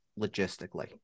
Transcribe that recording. logistically